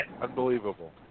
unbelievable